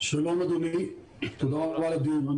שלום אדוני, תודה רבה על הדיון.